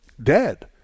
dead